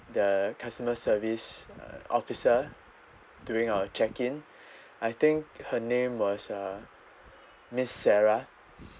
the customer service officer during our check in I think her name was uh miss sarah